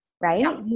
right